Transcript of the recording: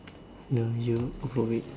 don't you will vomit